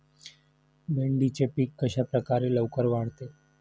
भेंडीचे पीक कशाप्रकारे लवकर वाढते?